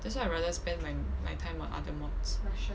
that's why I rather spend my my time on other mods